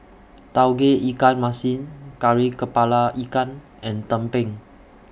Tauge Ikan Masin Kari Kepala Ikan and Tumpeng